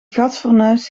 gasfornuis